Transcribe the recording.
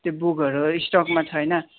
त्यो बुकहरू स्टकमा छैन